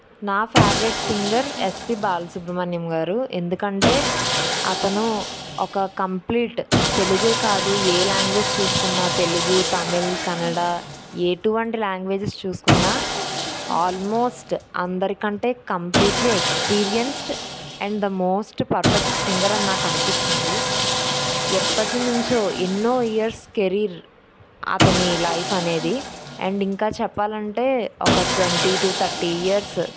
నా favourite singer SP Balasubrahmanyam గారు ఎందుకంటే అతను ఒక కంప్లీట్ తెలుగే కాదు ఏ లాంగ్వేజ్ చూసుకున్నా తెలుగు తమిళం కన్నడ ఎటువంటి లాంగ్వేజెస్ చూసుకున్నా ఆల్మోస్ట్ అందరికంటే completely experienced and the most perfect singer and నాకు అనిపిస్తుంది ఎప్పటి నుంచో ఎన్నో ఇయర్స్ కెరీర్ అతని లైఫ్ అనేది అండ్ ఇంకా చెప్పాలంటే ఒక ట్వంటీ టూ థర్టీ ఇయర్స్